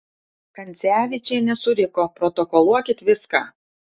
kancevyčienė suriko protokoluokit viską